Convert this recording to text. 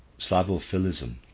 Slavophilism